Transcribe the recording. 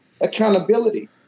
accountability